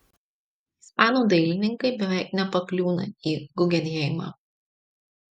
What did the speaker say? ispanų dailininkai beveik nepakliūna į gugenheimą